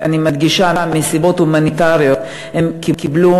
אני מדגישה: מסיבות הומניטריות הן קיבלו